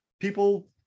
people